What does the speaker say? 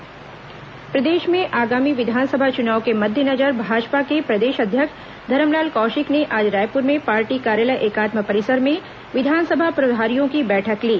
भाजपा बैठक प्रदेश में आगामी विधानसभा चुनाव के मद्देनजर भाजपा के प्रदेश अध्यक्ष धरमलाल कौशिक ने आज रायपुर में पार्टी कार्यालय एकात्म परिसर में विधानसभा प्रभारियों की बैठक ली